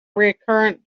recurrent